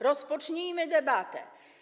Rozpocznijmy debatę.